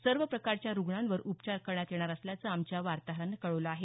सर्व प्रकारच्या रूग्णांवर उपचार करण्यात येणार असल्याचं आमच्या वार्ताहरानं कळवलं आहे